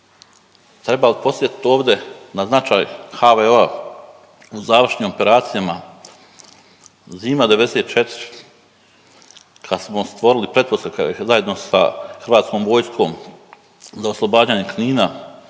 Treba li podsjetit ovde na značaj HVO-a u završnim operacijama Zima '94. kad smo stvorili pretpostavke zajedno sa hrvatskom vojskom za oslobađanje Knina,